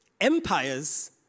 Empires